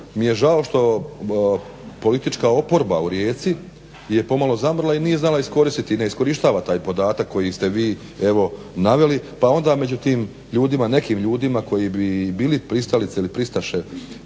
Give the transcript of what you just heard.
mi je žao što politička oporba u Rijeci je pomalo zamrla i nije znala iskoristiti i ne iskorištava taj podatak koji ste vi evo naveli pa onda među tim nekim ljudima koji bi bili pristalice ili pristaše